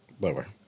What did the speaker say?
Lower